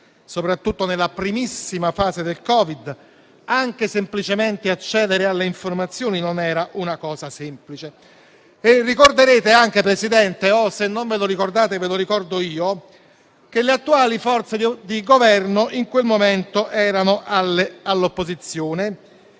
all'inizio, nella primissima fase del Covid, anche semplicemente accedere alle informazioni non era una cosa facile. Ricorderete anche, Presidente - se non ve lo ricordate, ve lo ricordo io - che le attuali forze di Governo in quel momento erano all'opposizione